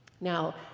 Now